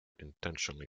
intentionally